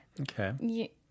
Okay